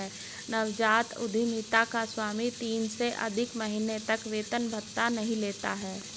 नवजात उधमिता का स्वामी तीन से अधिक महीने तक वेतन भत्ता आदि नहीं लेता है